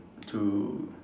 to